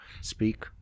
speak